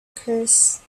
curse